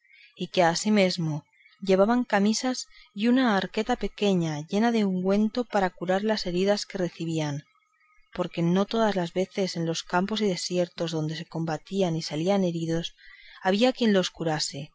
y que asimismo llevaban camisas y una arqueta pequeña llena de ungüentos para curar las heridas que recebían porque no todas veces en los campos y desiertos donde se combatían y salían heridos había quien los curase